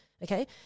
Okay